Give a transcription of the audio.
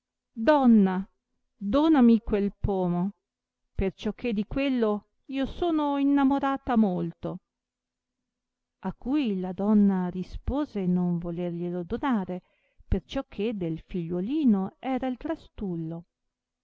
donna donami quel pomo perciò che di quello io sono innamorata molto a cui la donna rispose non volerglielo donare perciò che del figliuolino era il trastullo